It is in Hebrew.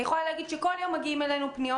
אני יכולה להגיד שבכל יום מגיעים אלינו פניות